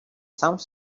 some